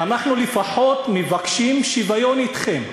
אנחנו מבקשים לפחות שוויון אתכם.